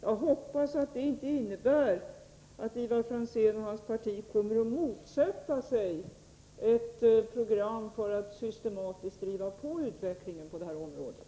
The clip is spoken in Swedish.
Jag hoppas att denna attityd inte innebär att Ivar Franzén och hans parti kommer att motsätta sig ett program som syftar till att systematiskt driva på utvecklingen på det här området.